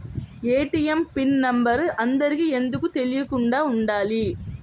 ATM pin number అందరికి ఎందుకు తెలియకుండా ఉండాలి?